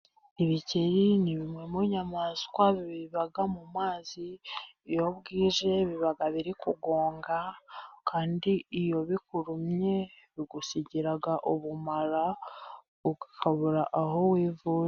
Ibikeri nimwe mu nyamaswa biba mu mazi, iyo bwije biba biri kugonga kandi iyo bikurumye bigusigira ubumara, ukabura aho wivuriza.